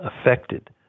affected